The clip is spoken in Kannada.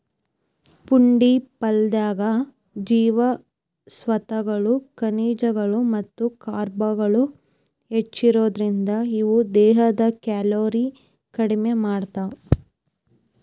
ಪುಂಡಿ ಪಲ್ಲೆದಾಗ ಜೇವಸತ್ವಗಳು, ಖನಿಜಗಳು ಮತ್ತ ಕಾರ್ಬ್ಗಳು ಹೆಚ್ಚಿರೋದ್ರಿಂದ, ಇವು ದೇಹದ ಕ್ಯಾಲೋರಿ ಕಡಿಮಿ ಮಾಡ್ತಾವ